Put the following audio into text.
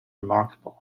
remarkable